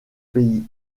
pays